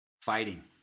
Fighting